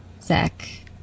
Zach